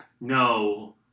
No